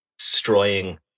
Destroying